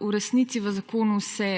v resnici v zakonu se